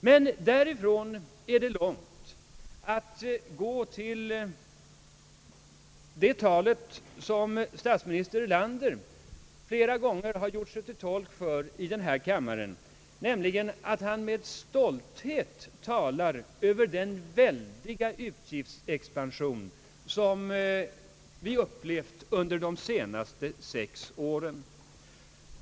Men därifrån är det långt att gå till det resonemang som statsminister Erlander många gånger har gjort sig till tolk för i denna kammare. Han talar nämligen med stolthet över den väldiga utgiftsexpansion som vi upplevt under de senaste sex åren.